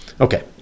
Okay